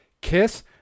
Kiss